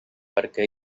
perquè